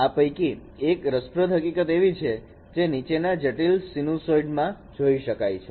આ પૈકી એક રસપ્રદ હકીકત એવી છે જે નીચેના જટિલ સીનુસાઈડ માં જોઈ શકાય છે